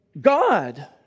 God